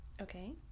Okay